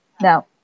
now